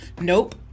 Nope